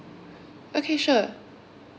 okay sure